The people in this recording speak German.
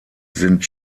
sind